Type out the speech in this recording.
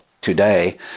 today